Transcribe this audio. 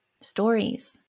Stories